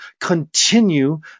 continue